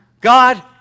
God